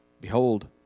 behold